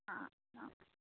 ആ എന്നാൽ ഓക്കേ